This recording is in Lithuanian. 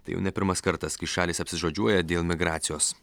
tai jau ne pirmas kartas kai šalys apsižodžiuoja dėl migracijos